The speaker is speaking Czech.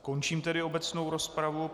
Končím tedy obecnou rozpravu.